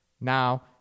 now